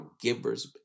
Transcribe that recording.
givers